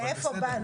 אבל בסדר.